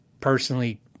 personally